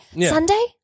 Sunday